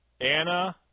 Anna